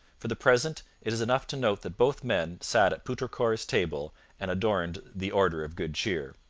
for the present it is enough to note that both men sat at poutrincourt's table and adorned the order of good cheer.